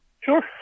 Sure